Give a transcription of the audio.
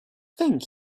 thank